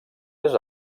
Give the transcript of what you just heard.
més